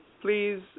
please